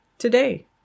today